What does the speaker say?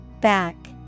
Back